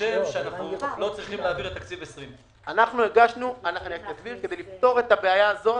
שחושב שאנחנו לא צריכים להעביר את תקציב 2020. כדי לפתור את הבעיה הזאת